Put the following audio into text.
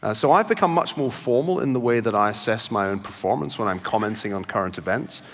ah so i've become much more formal in the way that i assess my own performance, when i'm commenting on current events,